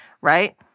right